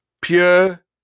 Pure